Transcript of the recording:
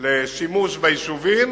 לשימוש ביישובים